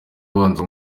abanza